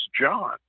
John